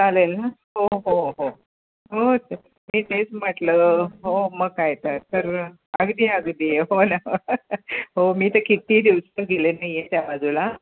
चालेल ना हो हो हो हो ते मी तेच म्हटलं हो मग काय तर अगदी अगदी हो ना हो मी ते कित्ती दिवस तर गेले नाही आहे त्या बाजूला